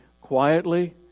quietly